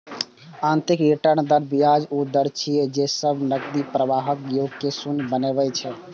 आंतरिक रिटर्न दर ब्याजक ऊ दर छियै, जे सब नकदी प्रवाहक योग कें शून्य बनबै छै